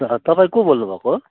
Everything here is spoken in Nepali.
त तपाईँ को बोल्नुभएको हो